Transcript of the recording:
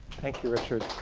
thank you, richard.